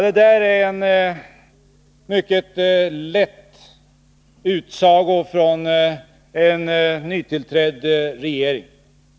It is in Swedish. Det är mycket lätt för en nytillträdd regering att göra en sådan utsaga.